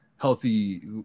healthy